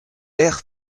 hair